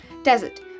Desert